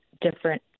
different